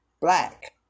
black